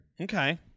Okay